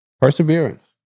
perseverance